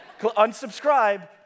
Unsubscribe